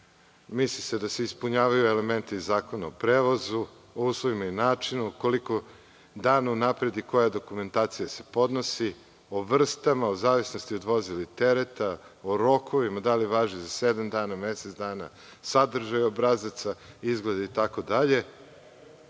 misli se da se ispunjavaju elementi Zakona o prevozu, o uslovima i načinu, koliko dana unapred i koja dokumentacija se podnosi, o vrstama, u zavisnosti od vozila i tereta, o rokovima, da li važi za sedam dana, mesec dana, sadržaj obrazaca, izgled itd., a ne